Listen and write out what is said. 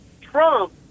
Trump